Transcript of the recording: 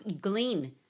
Glean